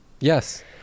Yes